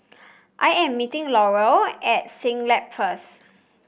I am meeting Laurel at Siglap first